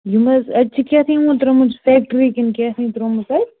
یِم حظ اَتہِ چھِ کیٛاہ تھام یِمو ترٛٲمٕژ فٮ۪کٹِرٛۍ کِنہٕ کیٛاہ ترٛٲمٕژَن